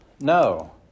No